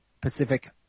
Pacific